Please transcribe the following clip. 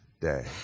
day